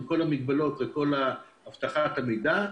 עם כל המגבלות ועם כל אבטחת המידע,